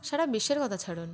সারা বিশ্বের কথা ছাড়ুন